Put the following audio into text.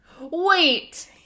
Wait